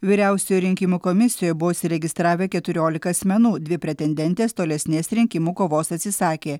vyriausioje rinkimų komisijoje buvo užsiregistravę keturiolika asmenų dvi pretendentės tolesnės rinkimų kovos atsisakė